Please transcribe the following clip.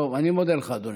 טוב, אני מודה לך, אדוני.